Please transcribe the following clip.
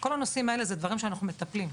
כל הנושאים האלה הם דברים שאנחנו מטפלים בהם.